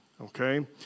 okay